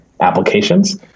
applications